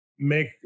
make